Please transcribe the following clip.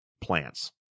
plants